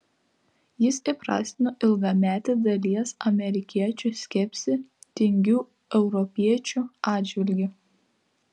jis įprasmino ilgametį dalies amerikiečių skepsį tingių europiečių atžvilgiu